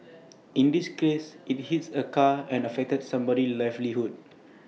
in this case IT hit A car and affected somebody's livelihood